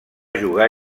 jugar